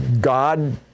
God